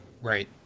Right